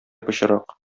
пычрак